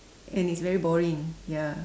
and it's very boring ya